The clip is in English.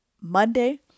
Monday